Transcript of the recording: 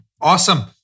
Awesome